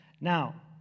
Now